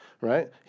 Right